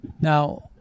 Now